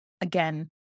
again